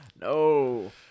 No